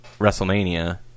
Wrestlemania